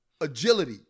Agility